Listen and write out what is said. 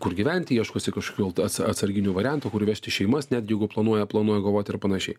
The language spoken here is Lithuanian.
kur gyventi ieškosi kažkokių at atsarginių variantų kur vežti šeimas netgi jeigu planuoja planuoja kovoti ir panašiai